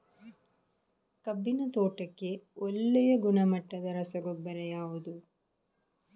ಕಬ್ಬಿನ ತೋಟಕ್ಕೆ ಒಳ್ಳೆಯ ಗುಣಮಟ್ಟದ ರಸಗೊಬ್ಬರ ಯಾವುದು?